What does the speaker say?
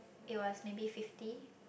it was maybe fifty